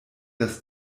das